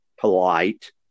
polite